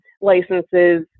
licenses